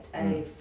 mm